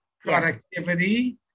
productivity